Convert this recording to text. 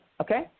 Okay